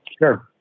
Sure